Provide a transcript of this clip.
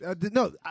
No